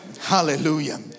Hallelujah